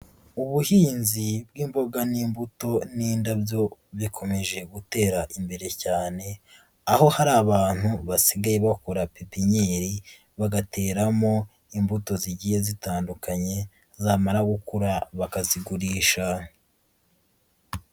Ubuhinzi bw'imboga n'imbuto n'indabyo bikomeje gutera imbere cyane, aho hari abantu basigaye bakura pipinyeri bagateramo imbuto zigiye zitandukanye zamara gukura bakazigurisha.